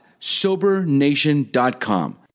SoberNation.com